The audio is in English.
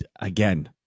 Again